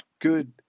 good